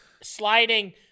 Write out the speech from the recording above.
sliding